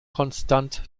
konstant